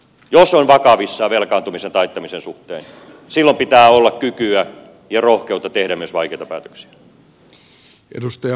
jos on vakavissaan velkaantumisen taittamisen suhteen silloin pitää olla kykyä ja rohkeutta tehdä myös vaikeita päätöksiä